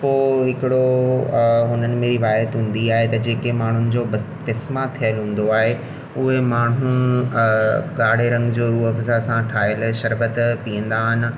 आहे त जेके माण्हुनि जो थियलु हूंदो आहे उहे माण्हू ॻाढ़े रंग जे रुअवज़ा सां ठाहे करे शरबत पीअंदा आहिनि